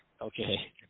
Okay